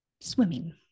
swimming